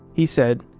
he said,